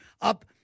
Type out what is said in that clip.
Up